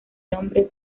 nombre